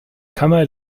kammer